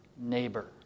neighbor